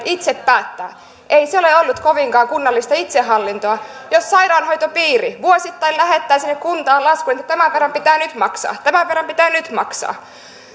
itse päättää ei se ole ollut kovinkaan kunnallista itsehallintoa jos sairaanhoitopiiri vuosittain lähettää sinne kuntaan laskun että tämän verran pitää nyt maksaa tämän verran pitää nyt maksaa